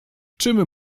czym